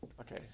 okay